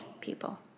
people